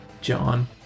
john